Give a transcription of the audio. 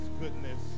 goodness